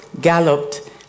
galloped